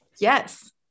Yes